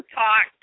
talk